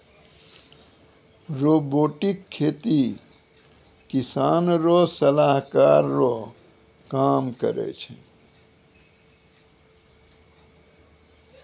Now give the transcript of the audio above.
robotic खेती किसान रो सलाहकार रो काम करै छै